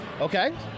Okay